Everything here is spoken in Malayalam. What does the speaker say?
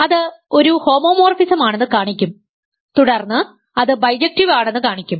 അത് ഒരു ഹോമോമോർഫിസമാണെന്ന് കാണിക്കും തുടർന്ന് അത് ബൈജക്ടീവ് ആണെന്ന് കാണിക്കും